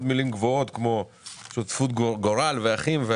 מלים גבוהות כמו שותפות גורל ואחים.